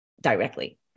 directly